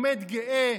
עומד גאה,